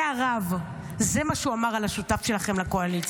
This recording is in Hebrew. זה הרב, זה מה שהוא אמר על השותף שלכם לקואליציה.